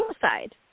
suicide